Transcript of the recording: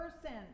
person